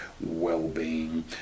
well-being